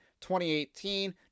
2018